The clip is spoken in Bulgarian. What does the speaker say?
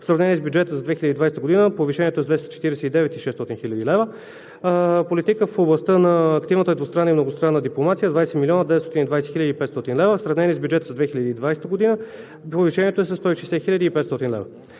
сравнение с бюджета за 2020 г. повишението е с 249 600 лв.; - политика в областта на активната двустранна и многостранна дипломация – 20 920 500 лв. В сравнение с бюджета за 2020 г. повишението е с 160 500 лв.